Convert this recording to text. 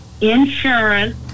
insurance